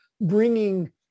bringing